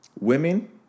women